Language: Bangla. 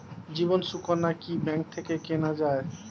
জীবন সুকন্যা কি ব্যাংক থেকে কেনা যায়?